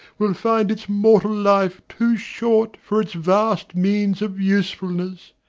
will find its mortal life too short for its vast means of usefulness.